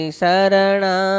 sarana